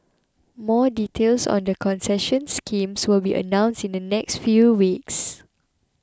more details on the concession schemes will be announced in the next few weeks